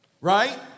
right